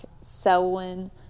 Selwyn